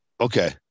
Okay